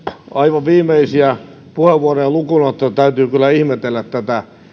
aivan viimeisiä puheenvuoroja lukuun ottamatta täytyy kyllä ihmetellä tätä